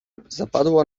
zapadło